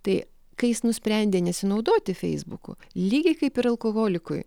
tai kai jis nusprendė nesinaudoti feisbuku lygiai kaip ir alkoholikui